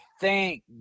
thank